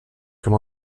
comme